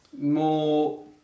more